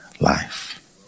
Life